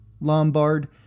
Lombard